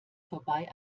vorbei